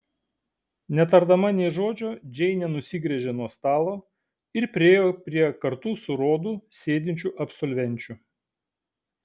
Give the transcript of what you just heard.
netardama nė žodžio džeinė nusigręžė nuo stalo ir priėjo prie kartu su rodu sėdinčių absolvenčių